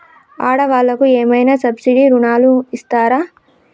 ఆడ వాళ్ళకు ఏమైనా సబ్సిడీ రుణాలు ఇస్తారా?